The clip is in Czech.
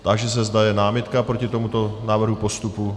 Táži se, zda je námitka proti tomuto návrhu postupu.